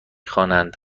خوانند